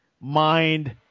mind